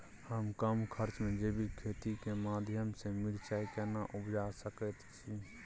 हम कम खर्च में जैविक खेती के माध्यम से मिर्चाय केना उपजा सकेत छी?